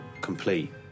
complete